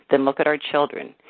then look at our children.